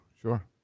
sure